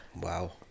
Wow